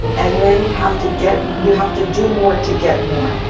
and then you have to get, you have to do more to get more.